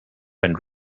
and